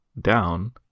down